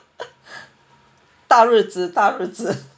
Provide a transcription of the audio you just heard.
大日子大日子